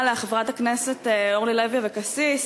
עליה חברת הכנסת אורלי לוי אבקסיס,